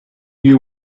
you